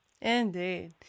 indeed